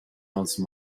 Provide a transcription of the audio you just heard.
once